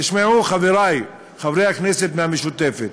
תשמעו, חברי חברי הכנסת מהמשותפת,